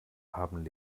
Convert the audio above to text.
haben